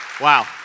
Wow